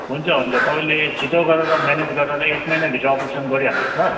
हुन्छ हुन्छ तपाईँले छिटो गरेर म्यानेज गरेर एक महिनाभित्र अप्रेसन गरिहाल्नुहोस् ल